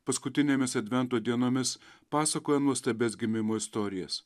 paskutinėmis advento dienomis pasakoja nuostabias gimimo istorijas